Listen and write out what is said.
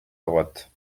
droite